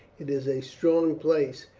it is a strong place,